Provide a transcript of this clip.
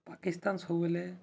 ପାକିସ୍ତାନ ସବୁବେଳେ